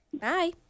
Bye